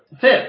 Fifth